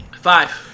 Five